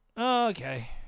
Okay